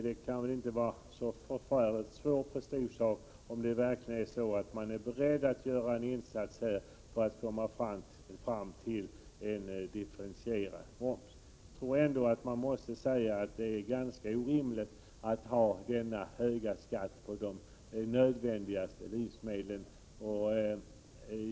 Det kan väl inte vara en så förfärligt stor prestigesak, om man verkligen är beredd att göra en insats för att komma fram till ett förslag om differentierad moms. Det är ganska orimligt att ha denna höga skatt på de nödvändigaste livsmedlen.